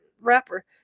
wrapper